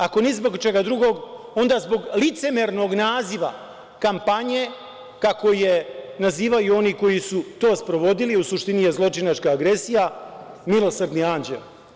Ako ni zbog čega drugog, onda zbog licemernog naziva kampanje, kako je nazivaju oni koji su to sprovodili, a u suštini je zločinačka agresija „milosrdni anđeo“